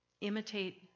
Imitate